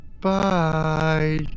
Bye